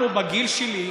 אנחנו, בגיל שלי,